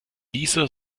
nieser